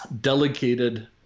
delegated